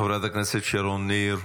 חברת הכנסת שרון ניר,